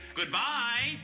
Goodbye